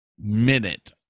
minute